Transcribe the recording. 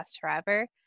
forever